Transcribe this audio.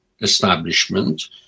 establishment